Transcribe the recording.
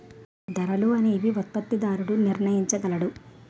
ధరలు అనేవి ఉత్పత్తిదారుడు నిర్ణయించగలడు